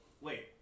wait